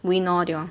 win orh they all